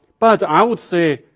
but i would say,